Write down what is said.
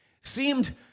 seemed